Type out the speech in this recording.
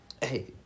hey